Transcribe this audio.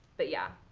but yeah.